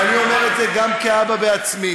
ואני אומר את זה גם כאבא בעצמי.